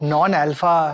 Non-alpha